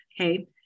okay